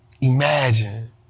Imagine